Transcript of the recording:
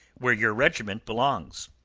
where your regiment belongs.